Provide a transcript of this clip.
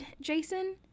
jason